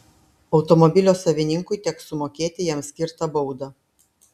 automobilio savininkui teks sumokėti jam skirtą baudą